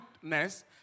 goodness